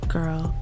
Girl